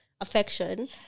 affection